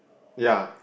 ya